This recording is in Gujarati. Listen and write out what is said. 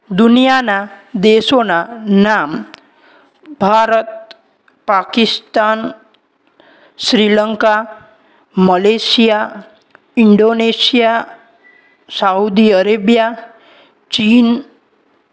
દુનિયાના દેશોના નામ Bharat Pakistan Sri Lanka Malaysia Indonesia Saudi Arabia ચીન